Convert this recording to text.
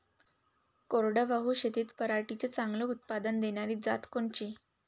कोरडवाहू शेतीत पराटीचं चांगलं उत्पादन देनारी जात कोनची?